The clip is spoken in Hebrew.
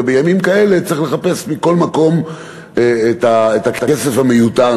ובימים כאלה צריך לחפש מכל מקום את הכסף המיותר,